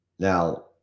Now